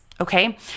Okay